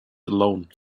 alone